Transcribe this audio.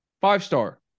Five-star